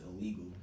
illegal